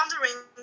wondering